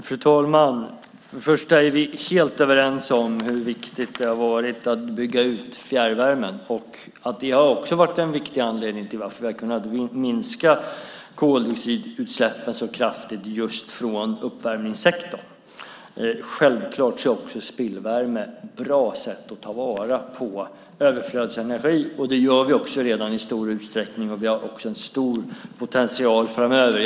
Fru talman! Vi är helt överens om hur viktigt det har varit att bygga ut fjärrvärmen. Det har varit en viktig anledning till att vi har kunnat minska koldioxidutsläppen från just uppvärmningssektorn kraftigt. Självklart är uppvärmning med spillvärme ett bra sätt att ta vara på överflödsenergi, och det görs redan i stor utsträckning. Det har också en stor potential framöver.